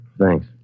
Thanks